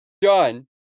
done